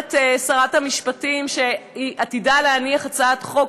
שאומרת שרת המשפטים, שהיא עתידה להניח הצעת חוק,